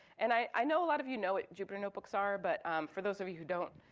and i know a lot of you know what jupyter notebooks are, but for those of you who don't,